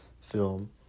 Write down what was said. film